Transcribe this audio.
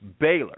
Baylor